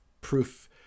proof